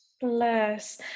bless